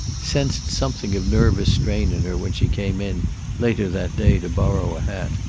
sensed something of nervous strain in her when she came in later that day, to borrow a hat.